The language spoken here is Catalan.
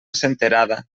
senterada